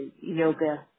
yoga